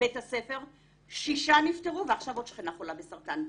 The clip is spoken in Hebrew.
בית הספר, שישה נפטרו ועכשיו עוד שכנה חולה בסרטן.